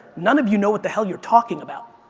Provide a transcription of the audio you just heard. none of you know what the hell you're talking about.